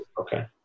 Okay